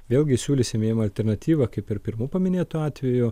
vėlgi siūlysime jiem alternatyvą kaip ir pirmu paminėtu atveju